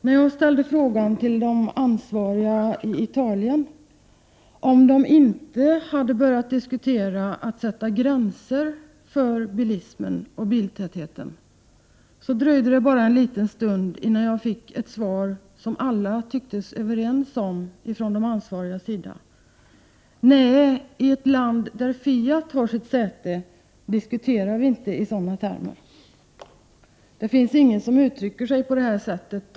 När jag ställde frågan till de ansvariga i Italien, om de inte hade börjat tala om att sätta gränser för bilismen och biltätheten, dröjde det bara en liten stund innan jag fick ett svar, som alla tycktes vara överens om: Nej, i ett land där Fiat har sitt säte diskuterar vi inte i sådana termer. Det finns ingen här som uttrycker sig på det sättet.